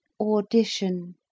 audition